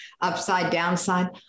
upside-downside